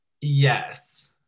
yes